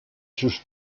sus